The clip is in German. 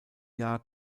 jahr